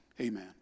Amen